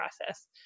process